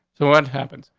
so what happens?